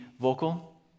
vocal